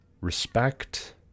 respect